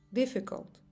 difficult